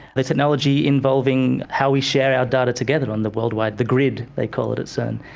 the technology involving how we share our data together on the world wide, the grid they call it at cern,